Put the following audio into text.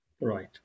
Right